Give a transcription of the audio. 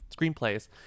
screenplays